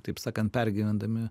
taip sakant pergyvendami